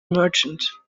merchant